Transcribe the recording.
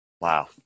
Wow